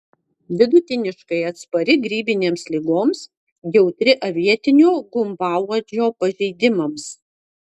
vidutiniškai atspari grybinėms ligoms jautri avietinio gumbauodžio pažeidimams